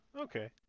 Okay